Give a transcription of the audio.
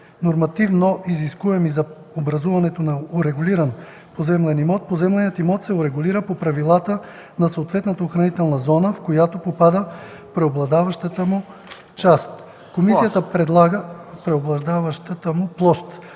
нормативно изискуеми за образуването на урегулиран поземлен имот, поземленият имот се урегулира по правилата на съответната охранителна зона, в която попада преобладаващата му площ.” Комисията предлага да се